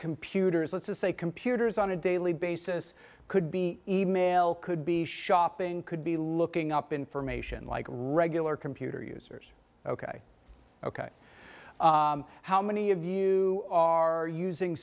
computers let's just say computers on a daily basis could be email could be shopping could be looking up information like regular computer users ok ok how many of you are using